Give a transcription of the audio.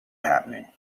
happening